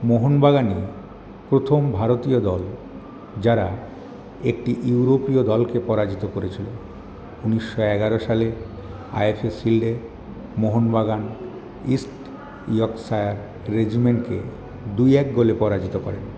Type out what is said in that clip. মোহনবাগানই প্রথম ভারতীয় দল যারা একটি ইউরোপীয় দলকে পরাজিত করেছিলো উনিশশো এগারো সালে আইএফএ শিল্ডে মোহনবাগান ইস্ট ইয়র্কশায়ার রেজিমেন্টকে দু এক গোলে পরাজিত করেন